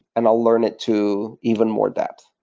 and i'll learn it to even more depth.